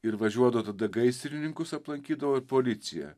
ir važiuodo tada gaisrininkus aplankydavo ir policiją